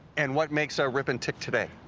and what makes so ripon tick today?